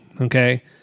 okay